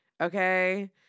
Okay